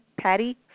Patty